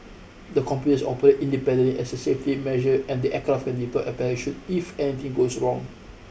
the computers operate independently as a safety measure and the aircraft can deploy a parachute if anything goes wrong